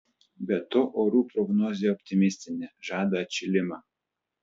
be to orų prognozė optimistinė žada atšilimą